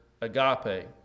agape